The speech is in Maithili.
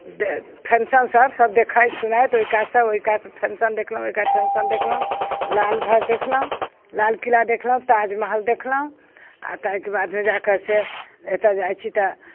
फँक्शनसब सब देखैत सुनैत ओहिकातसँ ओहिकातसँ फँक्शन देखलहुँ ओहिकात फँक्शन देखलहुँ लालघर देखलहुँ लाल किला देखलहुँ ताजमहल देखलहुँ आओर ताहिके बादमे जाके से एतऽ जाइ छी तऽ